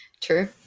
True